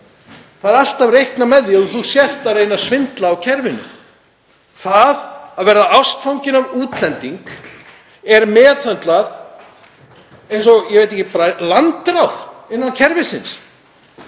Það er alltaf reiknað með því að þú sért að reyna að svindla á kerfinu. Það að verða ástfanginn af útlendingi er meðhöndlað eins og landráð innan kerfisins